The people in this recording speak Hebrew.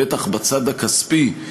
בטח בצד הכספי,